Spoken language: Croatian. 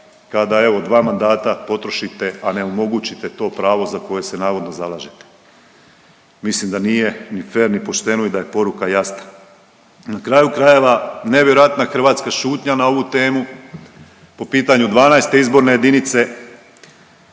kada evo dva mandata potrošite, a ne omogućite to pravo za koje se navodno zalažete. Mislim da nije ni fer ni pošteno i da je poruka jasna. Na kraju krajeva, nevjerojatna Hrvatska šutnja na ovu temu po pitanju 12. izborne jedinice